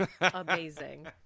Amazing